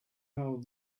how